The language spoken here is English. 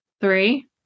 three